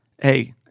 Hey